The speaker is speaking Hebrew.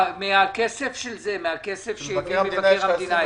מהכסף של מבקר המדינה.